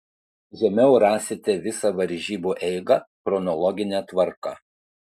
žemiau rasite visą varžybų eigą chronologine tvarka